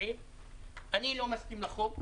90. אני לא מסכים לחוק.